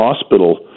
hospital